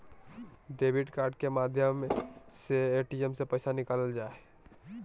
debit card के माध्यम से ए.टी.एम से पैसा निकालल जा हय